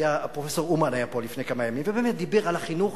פרופסור אומן היה פה לפני כמה ימים ובאמת דיבר על החינוך